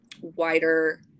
wider